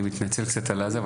אני מתנצל קצת על הזה,